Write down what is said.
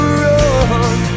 run